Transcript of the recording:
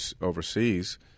overseas